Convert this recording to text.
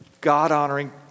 God-honoring